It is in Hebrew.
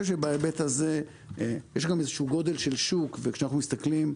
בהיבט הזה יש גם גודל של שוק וכשאנחנו מסתכלים,